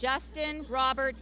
justin robert